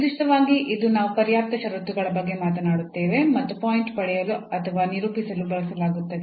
ನಿರ್ದಿಷ್ಟವಾಗಿ ಇಂದು ನಾವು ಪರ್ಯಾಪ್ತ ಷರತ್ತುಗಳ ಬಗ್ಗೆ ಮಾತನಾಡುತ್ತೇವೆ ಮತ್ತು ಪಾಯಿಂಟ್ ಪಡೆಯಲು ಅಥವಾ ನಿರೂಪಿಸಲು ಬಳಸಲಾಗುತ್ತದೆ